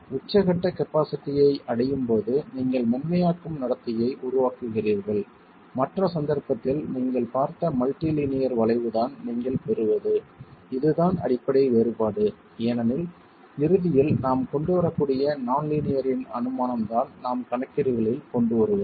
உச்சக்கட்டத் கபாஸிட்டியை அடையும் போது நீங்கள் மென்மையாக்கும் நடத்தையை உருவாக்குகிறீர்கள் மற்ற சந்தர்ப்பத்தில் நீங்கள் பார்த்த மல்டி லீனியர் வளைவுதான் நீங்கள் பெறுவது இதுதான் அடிப்படை வேறுபாடு ஏனெனில் இறுதியில் நாம் கொண்டு வரக்கூடிய நான் லீனியர்யின் அனுமானம் தான் நாம் கணக்கீடுகளில் கொண்டுவருவது